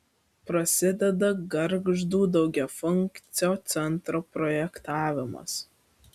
prasideda gargždų daugiafunkcio centro projektavimas